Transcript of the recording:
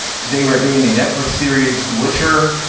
today, we're doing the netflix series, the whicher.